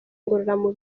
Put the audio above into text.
ngororamubiri